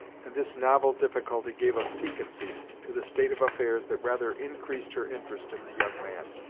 and this novel difficulty gave a piquancy to the state of affairs that rather increased her interest in the young man.